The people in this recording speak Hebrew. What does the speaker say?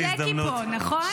וגם ג'קי פה, נכון?